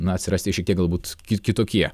na atsirasti šiek tiek galbūt ki kitokie